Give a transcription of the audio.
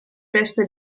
teste